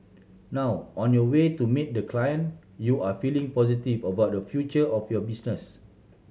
now on your way to meet the client you are feeling positive about the future of your business